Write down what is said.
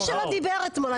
מי שלא דיבר אתמול.